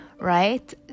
right